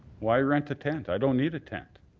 why rent a tent? i don't need a tent.